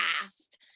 past